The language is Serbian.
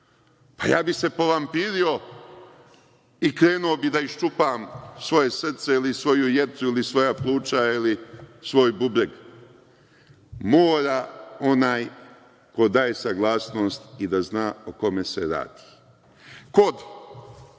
ja bih se povampirio i krenuo bih da iščupam svoje srce ili svoju jetru ili svoja pluća ili svoj bubreg. Mora onaj ko daje saglasnost i da zna o kome se radi. Kod